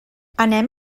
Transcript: anem